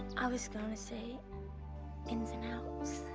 i was gonna say ins and outs.